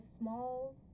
small